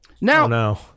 Now